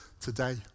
today